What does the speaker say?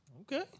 Okay